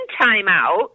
timeout